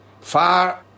far